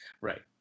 Right